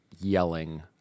yelling